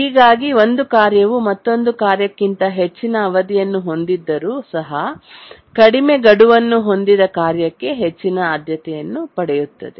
ಹೀಗಾಗಿ ಒಂದು ಕಾರ್ಯವು ಮತ್ತೊಂದು ಕಾರ್ಯಕ್ಕಿಂತ ಹೆಚ್ಚಿನ ಅವಧಿಯನ್ನು ಹೊಂದಿದ್ದರೂ ಸಹ ಕಡಿಮೆ ಗಡುವನ್ನು ಹೊಂದಿದ ಕಾರ್ಯಕ್ಕೆ ಹೆಚ್ಚಿನ ಆದ್ಯತೆಯನ್ನು ಪಡೆಯುತ್ತದೆ